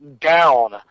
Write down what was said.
down